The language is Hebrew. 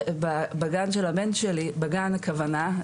אז אנחנו גם מאטים את קצב הבנייה וגם לא משתמשים נכון בכספי